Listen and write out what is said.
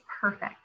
perfect